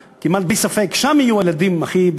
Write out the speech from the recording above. כמעט בלי ספק שיהיו שם הכי הרבה ילדים בסיכון,